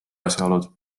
asjaolud